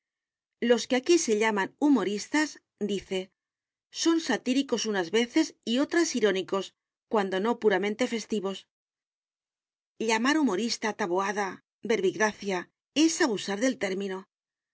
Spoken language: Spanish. los que aquí se llaman humoristas dice son satíricos unas veces y otras irónicos cuando no puramente festivos llamar humorista a taboada verbigracia es abusar del término